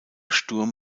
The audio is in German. sturm